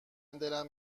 دلم